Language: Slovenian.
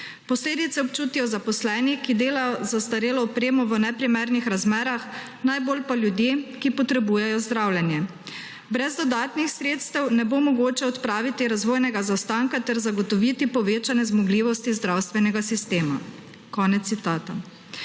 Posledice občutijo zaposleni, ki delajo z zastarelo opremo v neprimernih razmerah, najbolj pa ljudje, ki potrebujejo zdravljenje. Brez dodatnih sredstev ne bo mogoče odpraviti razvojnega zaostanka ter zagotoviti povečane zmogljivosti zdravstvenega sistema.« Konec citata.